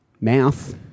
Mouth